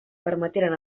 permeteren